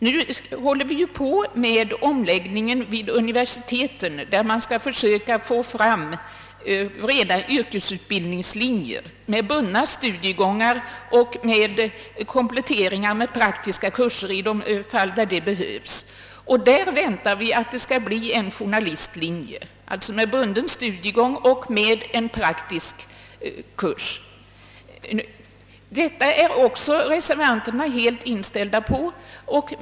Vid universiteten håller man på med en omläggning för att försöka få fram rena yrkesutbildningslinjer med bunden studiegång, kompletterad med praktiska kurser i de fall det behövs. Vi väntar alltså på en journalistlinje med bunden studiegång och med en praktisk tilläggskurs. Detta är reservanterna också helt inställda på.